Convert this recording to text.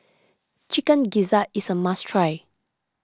Chicken Gizzard is a must try